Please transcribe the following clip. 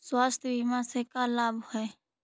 स्वास्थ्य बीमा से का लाभ है?